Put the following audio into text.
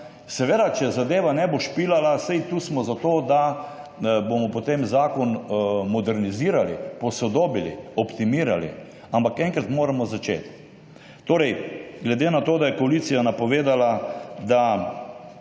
Seveda, če zadeva ne bo špilala, saj smo tu zato, da bomo potem zakon modernizirali, posodobili, optimirali, ampak enkrat moramo začeti. Glede na to, da je koalicija napovedala, za